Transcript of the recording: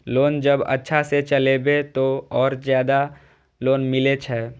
Loan जब अच्छा से चलेबे तो और ज्यादा लोन मिले छै?